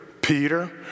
Peter